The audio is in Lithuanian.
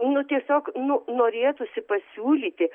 nu tiesiog nu norėtųsi pasiūlyti